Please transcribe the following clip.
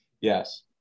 Yes